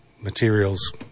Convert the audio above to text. materials